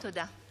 תודה.